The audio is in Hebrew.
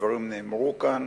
הדברים נאמרו כאן.